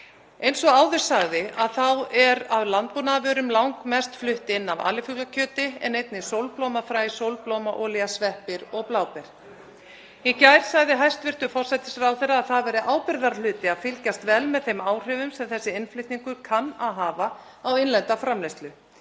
Eins og áður sagði þá er af landbúnaðarvörum langmest flutt inn af alifuglakjöti en einnig sólblómafræ, sólblómaolía, sveppir og bláber. Í gær sagði hæstv. forsætisráðherra að það væri ábyrgðarhluti að fylgjast vel með þeim áhrifum sem þessi innflutningur kann að hafa á innlenda framleiðslu.